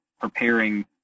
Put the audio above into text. preparing